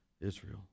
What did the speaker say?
Israel